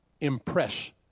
impress